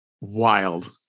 Wild